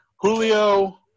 Julio